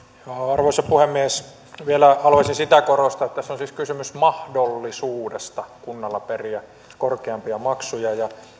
arvoisa puhemies vielä haluaisin sitä korostaa että tässä on siis kysymys mahdollisuudesta kunnalle periä korkeampia maksuja